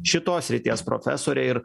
šitos srities profesorė ir